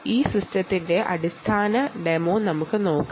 ഈ സിസ്റ്റത്തിന്റെ ഡെമോ നമുക്ക് നോക്കാം